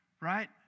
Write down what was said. right